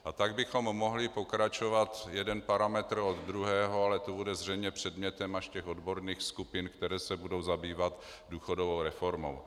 A tak bychom mohli pokračovat jeden parametr po druhém, ale to bude zřejmě předmětem až odborných skupin, které se budou zabývat důchodovou reformou.